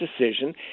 decision